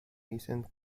recent